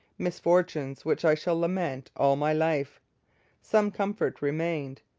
misfortunes which i shall lament all my life some comfort remained.